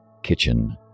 kitchen